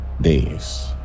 days